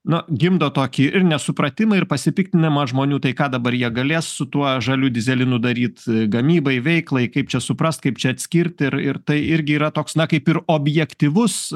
nu gimdo tokį ir nesupratimą ir pasipiktinimą žmonių tai ką dabar jie galės su tuo žaliu dyzelinu daryt gamybai veiklai kaip čia suprast kaip čia atskirt ir ir tai irgi yra toks na kaip ir objektyvus